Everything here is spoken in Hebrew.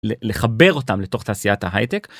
לחבר אותם לתוך תעשיית ההייטק.